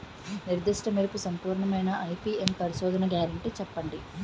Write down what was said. నిర్దిష్ట మెరుపు సంపూర్ణమైన ఐ.పీ.ఎం పరిశోధన గ్యారంటీ చెప్పండి?